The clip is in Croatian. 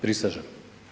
Prisežem.